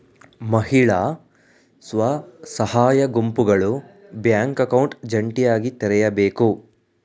ಮಹಿಳಾ ಸ್ವಸಹಾಯ ಗುಂಪುಗಳು ಬ್ಯಾಂಕ್ ಅಕೌಂಟ್ ಜಂಟಿಯಾಗಿ ತೆರೆಯಬೇಕು